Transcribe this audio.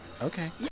okay